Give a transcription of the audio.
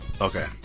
Okay